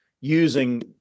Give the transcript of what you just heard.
using